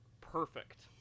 perfect